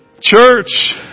Church